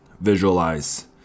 visualize